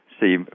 see